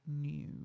New